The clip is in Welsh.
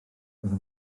roedd